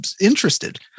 interested